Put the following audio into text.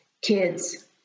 Kids